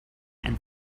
and